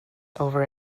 over